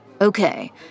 Okay